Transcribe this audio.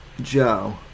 Joe